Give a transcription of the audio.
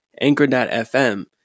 Anchor.fm